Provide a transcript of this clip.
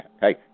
Hey